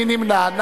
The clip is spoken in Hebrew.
מי נמנע?